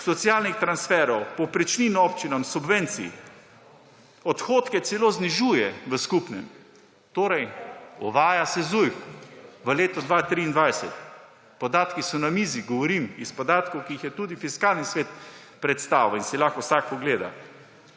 socialnih transferjev, povprečnin občinam, subvencij. Odhodke v skupnem celo znižuje. Torej, uvaja se Zujf v letu 2023. Podatki so na mizi, govorim iz podatkov, ki jih je tudi Fiskalni svet predstavil in si jih lahko vsak pogleda.